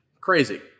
Crazy